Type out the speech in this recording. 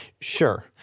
Sure